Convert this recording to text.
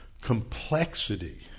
complexity